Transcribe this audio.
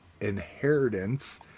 Inheritance